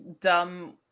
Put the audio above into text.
dumb